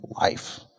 life